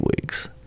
weeks